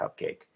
cupcake